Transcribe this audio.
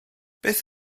beth